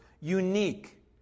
unique